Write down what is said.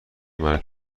مرگ